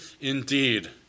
indeed